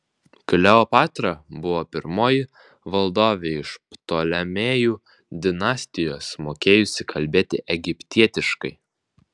kleopatra buvo pirmoji valdovė iš ptolemėjų dinastijos mokėjusi kalbėti egiptietiškai